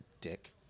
dick